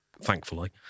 thankfully